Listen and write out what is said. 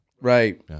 Right